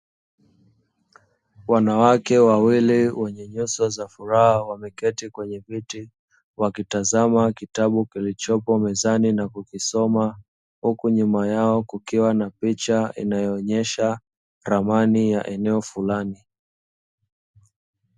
Wanawake wawili wenye nyuso za furaha wameketi kwenye viti, wakitazama kitabu kilichopo mezani na kukisoma, huku nyuma yao kukiwa na picha inayoonyesha ramani ya eneo flani.